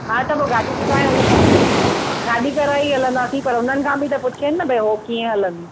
हा त पोइ गाॾी कराए हलंदासीं गाॾी कराए ई हलंदासीं पर हुननि खां बि त पुछेनि न भई हो कीअं हलंदी